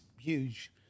huge